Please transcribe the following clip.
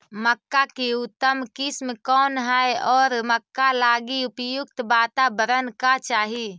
मक्का की उतम किस्म कौन है और मक्का लागि उपयुक्त बाताबरण का चाही?